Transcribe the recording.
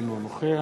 אינו נוכח